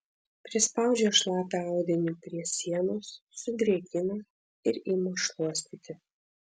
prispaudžia šlapią audinį prie sienos sudrėkina ir ima šluostyti